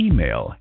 Email